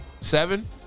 Seven